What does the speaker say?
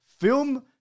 film